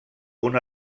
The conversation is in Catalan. una